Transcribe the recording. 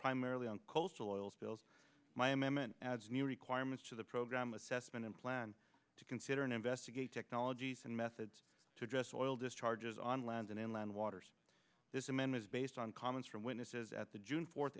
primarily on coastal oil spills my amendment adds new requirements to the program assessment and plan to consider and investigate technologies and methods to address oil discharges on land and inland waters is a man was based on comments from witnesses at the june fourth